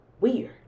weird